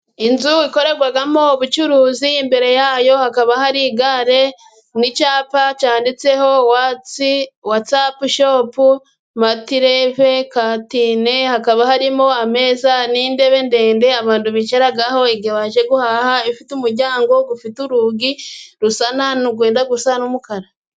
Inzu ikorerwamo ubucuruzi, imbere yayo hakaba hari igare, n'icyapa cyanditseho watsapu shopu matireve katine, hakaba harimo ameza n'intebe ndende, abantu bicaraho baje guha, ifite umuryango, ufite urugi rusa nkaho rwenda gusa n'umukara.